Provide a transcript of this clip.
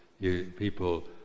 people